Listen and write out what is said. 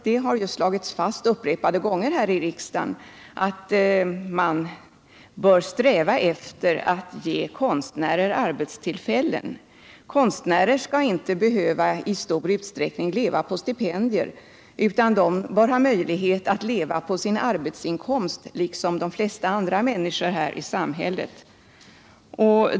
Det har ju slagits fast upprepade gånger här i riksdagen att man bör sträva efter att ge konstnärer arbetstillfällen. Konstnärer skall inte behöva i stor utsträckning leva på stipendier, utan de bör ha möjlighet att leva på sin arbetsinkomst liksom de flesta andra människor i samhället.